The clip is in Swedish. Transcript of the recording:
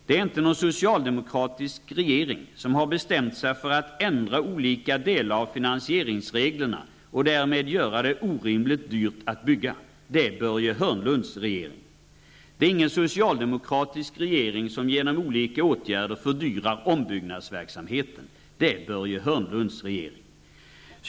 Det är inte någon socialdemokratisk regering som har bestämt sig för att ändra olika delar av finansieringsreglerna och därmed göra det orimligt dyrt att bygga. Det är Börje Hörnlunds regering. Det är inte någon socialdemokratisk regering som genom olika åtgärder fördyrar ombyggnadsverksamheten. Det är Börje Hörnlunds regering.